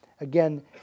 again